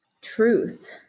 truth